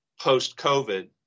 post-COVID